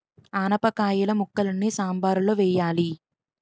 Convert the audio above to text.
ఆనపకాయిల ముక్కలని సాంబారులో వెయ్యాలి